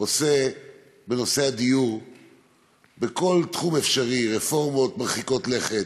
עושה בנושא הדיור בכל תחום אפשרי: רפורמות מרחיקות לכת,